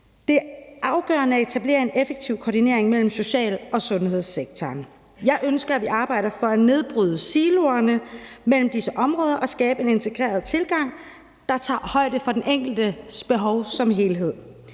Det er afgørende at etablere en effektiv koordinering mellem social- og sundhedssektoren. Jeg ønsker, at vi arbejder for at nedbryde siloerne mellem disse områder og skabe en integreret tilgang, der tager højde for den enkeltes behov som helhed.